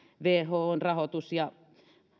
whon rahoitus ja